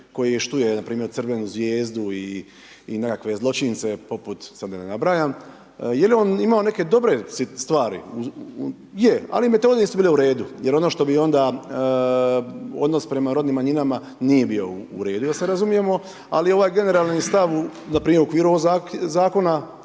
koji štuje na primjer, crvenu zvijezdu i nekakve zločince, poput sad da ne nabrajam, je li on imao neke dobre stvari? Je, ali .../Govornik se ne razumije./... nisu bile u redu, jer ono što bi onda odnos prema rodnim manjinama, nije bio u redu da se razumijemo, ali ovaj generalni stav u, na primjer ovoga Zakona,